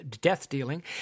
death-dealing